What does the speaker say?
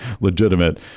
legitimate